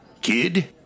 Kid